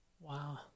Wow